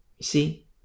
See